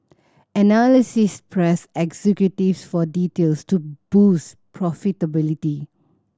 analysts pressed executives for details to boost profitability